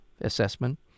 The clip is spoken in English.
assessment